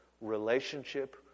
relationship